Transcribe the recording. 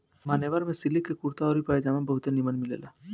मान्यवर में सिलिक के कुर्ता आउर पयजामा बहुते निमन मिलेला